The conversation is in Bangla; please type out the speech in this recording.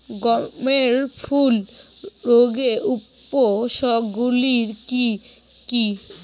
গমের ঝুল রোগের উপসর্গগুলি কী কী?